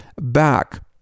back